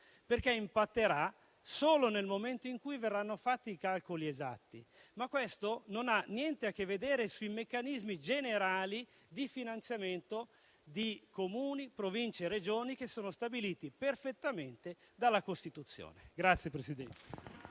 pubblica; impatterà solo nel momento in cui verranno fatti i calcoli esatti. Ma questo non ha niente a che vedere con i meccanismi generali di finanziamento di Comuni, Province e Regioni, che sono stabiliti perfettamente dalla Costituzione.